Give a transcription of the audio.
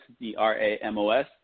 d-r-a-m-o-s